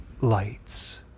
Lights